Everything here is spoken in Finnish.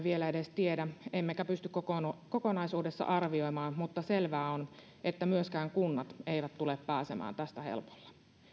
vielä edes tiedä emmekä pysty kokonaisuudessaan arvioimaan mutta selvää on että myöskään kunnat eivät tule pääsemään tästä helpolla